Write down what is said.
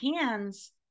hands